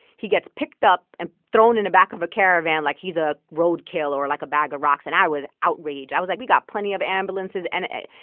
he gets picked up and thrown in a back of a caravan like he's a road kill or like a bag of rocks. and i was outraged. i was like, we got plenty of ambulances and emts.